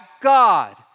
God